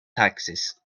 taxes